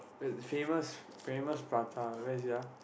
uh famous famous prata where is it ah